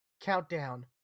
countdown